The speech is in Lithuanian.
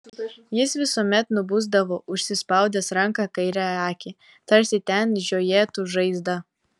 jis visuomet nubusdavo užsispaudęs ranka kairiąją akį tarsi ten žiojėtų žaizda